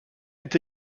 est